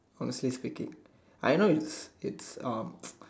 honestly speaking I know it's it's um